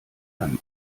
einem